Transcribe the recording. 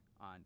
on